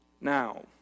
now